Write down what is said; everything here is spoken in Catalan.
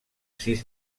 sis